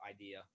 idea